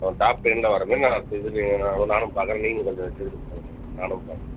அவன் டாப் டென்னில் வர மேரி நான் அடுத்த இதில் நான் நானும் பார்க்கறேன் நீங்களும் கொஞ்சம் சரி பண்ணுங்கள் மேடம் நானும் பார்க்கறேன்